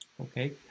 Okay